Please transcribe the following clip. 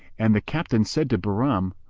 and the captain said to bahram,